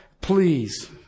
please